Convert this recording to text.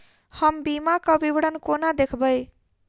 हम बीमाक विवरण कोना देखबै?